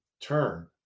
turn